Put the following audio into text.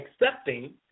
accepting